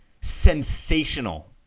sensational